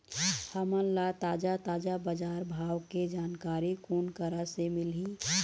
हमन ला ताजा ताजा बजार भाव के जानकारी कोन करा से मिलही?